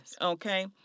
Okay